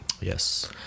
yes